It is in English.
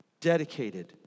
dedicated